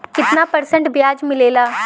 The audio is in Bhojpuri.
कितना परसेंट ब्याज मिलेला?